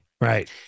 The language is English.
Right